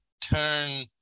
turn